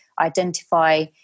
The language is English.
identify